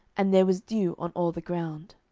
and there was dew on all the ground.